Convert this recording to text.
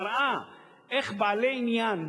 מראה איך בעלי עניין,